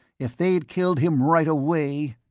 if they'd killed him right away